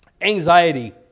Anxiety